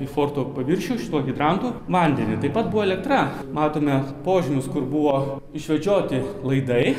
į forto paviršių šituo hidrantu vandenį taip pat buvo elektra matome požymius kur buvo išvedžioti laidai